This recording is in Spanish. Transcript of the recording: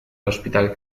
hospital